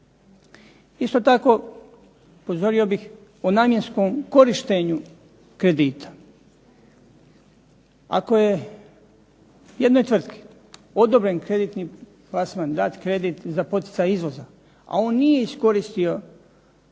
Isto tako upozorio bih o namjenskom korištenju kredita. Ako je jednoj tvrtki odobren kreditni plasman, dat kredit za poticaj izvoza, a on nije iskoristio taj